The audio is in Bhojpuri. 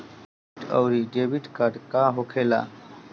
क्रेडिट आउरी डेबिट कार्ड का होखेला?